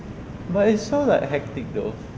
but it's so like hectic though